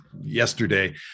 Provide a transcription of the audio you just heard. yesterday